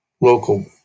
local